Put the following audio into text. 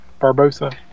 Barbosa